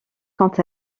quant